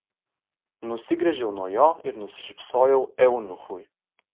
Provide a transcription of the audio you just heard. nusigręžiau nuo jo ir nusišypsojau eunuchui